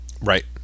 Right